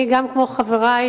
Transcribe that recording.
אני, כמו חברי,